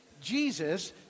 Jesus